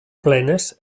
plenes